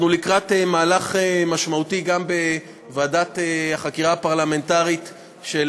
אנחנו לקראת מהלך משמעותי גם בוועדת החקירה הפרלמנטרית של